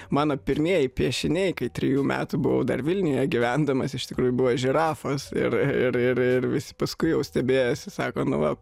mano pirmieji piešiniai kai trijų metų buvau dar vilniuje gyvendamas iš tikrųjų buvo žirafos ir ir ir ir visi paskui jau stebėjosi sako nu va